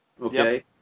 Okay